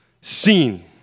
seen